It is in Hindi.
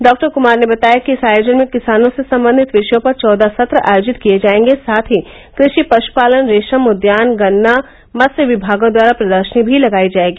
डॉक्टर क्मार ने बताया कि इस आयोजन में किसानों से सम्बन्धित विषयों पर चौदह सत्र आयोजित किये जायेंगे साथ ही कृषि पश्पालन रेशम उद्यान गन्ना मत्स्य विभागों द्वारा प्रदर्शनी भी लगायी जायेगी